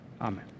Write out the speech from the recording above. Amen